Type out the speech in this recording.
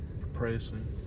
depressing